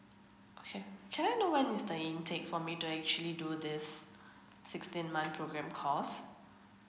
okay can I know when is the intake for me to actually do this sixteen month program course